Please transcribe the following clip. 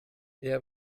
eher